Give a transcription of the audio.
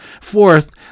fourth